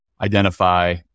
identify